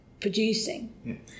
Producing